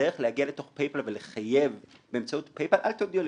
אבל יש משהו שאת לא יודעת.